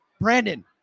Brandon